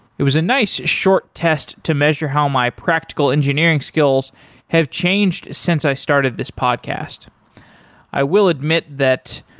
it was a nice short test to measure how my practical engineering skills have changed since i started this podcast i will admit that,